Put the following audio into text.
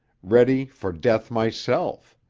ready for death myself.